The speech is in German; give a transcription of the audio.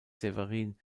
severin